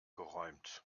geräumt